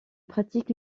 pratique